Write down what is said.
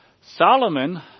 Solomon